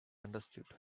understood